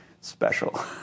special